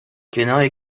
کنار